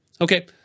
Okay